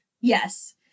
Yes